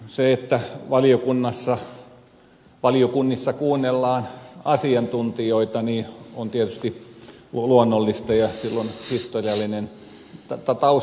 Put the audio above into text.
se että valiokunnissa kuunnellaan asiantuntijoita on tietysti luonnollista ja sillä on historiallinen taustansa